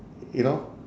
you know